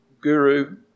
guru